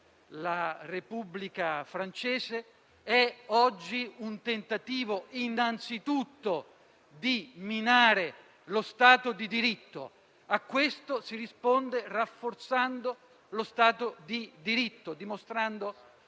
di questa mattina è un tentativo innanzitutto di minare lo Stato di diritto. A questo si risponde rafforzando lo Stato di diritto e dimostrando